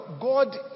God